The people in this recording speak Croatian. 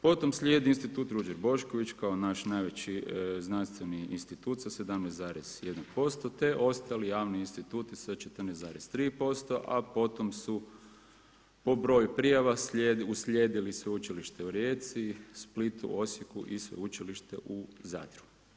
Potom slijedi Institut Ruđer Bošković kao naš najveći znanstveni institut sa 17,1% te ostali javni instituti sa 14,3% a potom su po broju prijava uslijedili Sveučilište u Rijeci, Splitu, Osijeku i Sveučilište u Zadru.